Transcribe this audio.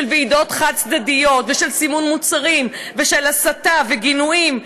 ועידות חד-צדדיות ושל סימון מוצרים ושל הסתה וגינויים.